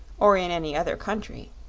or in any other country,